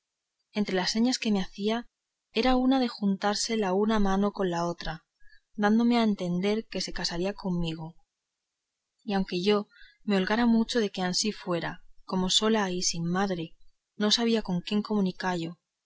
entre las señas que me hacía era una de juntarse la una mano con la otra dándome a entender que se casaría conmigo y aunque yo me holgaría mucho de que ansí fuera como sola y sin madre no sabía con quién comunicallo